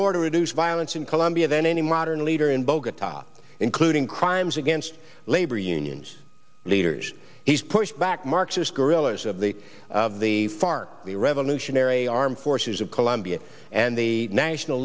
more to reduce violence in colombia than any modern leader in bogota including crimes against labor unions leaders he's pushed back marxist guerrilla's of the of the fark the revolutionary armed forces of colombia and the national